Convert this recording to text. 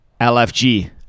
lfg